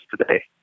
today